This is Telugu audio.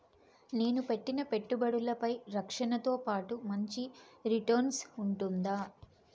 నేను పెట్టిన పెట్టుబడులపై రక్షణతో పాటు మంచి రిటర్న్స్ ఉంటుందా?